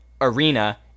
arena